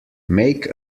make